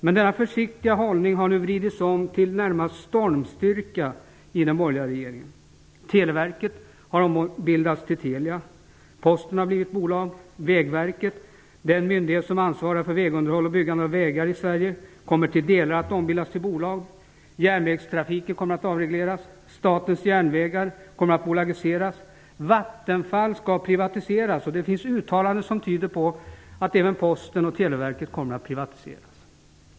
Men denna försiktiga hållning har vridits om till närmast stormstyrka i den borgerliga regeringen. Televerket har ombildats till Telia. Posten har blivit bolag. Vägverket, den myndighet som ansvarar för vägunderhåll och byggande av vägar i Sverige, kommer i delar att ombildas till bolag. Järnvägstrafiken kommer att avregleras. Statens järnvägar kommer att bolagiseras. Vattenfall skall privatiseras. Det finns uttalanden som tyder på att även Posten och Televerket kommer att privatiseras. Herr talman!